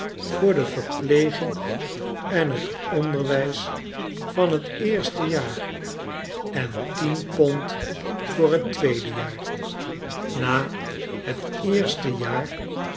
voor de verpleging en t onderwijs van teerstejaar en tien pond voor t tweede jaar na het eerste jaar